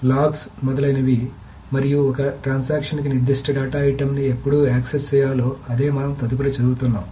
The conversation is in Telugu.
లాగ్లు మొదలైనవి మరియు ఒక ట్రాన్సక్షన్స్ కి నిర్దిష్ట డేటా ఐటెమ్ ని ఎప్పుడు యాక్సెస్ చేయాలో అదే మనం తదుపరి చదువుతున్నాం